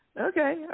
Okay